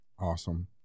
Awesome